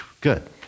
good